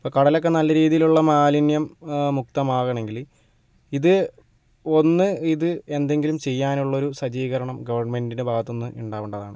ഇപ്പം കടലൊക്കെ നല്ല രീതിയിലുള്ള മാലിന്യം മുക്തമാകണമെങ്കിൽ ഇത് ഒന്ന് ഇത് എന്തെങ്കിലും ചെയ്യാനുള്ളൊരു സജ്ജീകരണം ഗവൺമെൻറ്റിൻ്റെ ഭാഗത്ത് നിന്ന് ഉണ്ടാവേണ്ടതാണ്